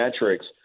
metrics